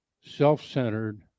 self-centered